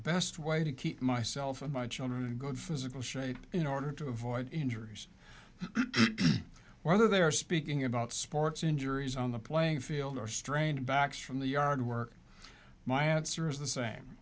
best way to keep myself and my children in good physical shape in order to avoid injuries whether they are speaking about sports injuries on the playing field or strained backs from the yard work my answer is the same